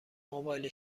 موبایل